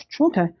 okay